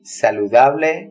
saludable